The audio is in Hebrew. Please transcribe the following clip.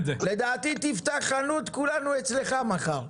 לדעתי תפתח חנות, כולנו אצלך מחר.